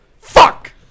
Fuck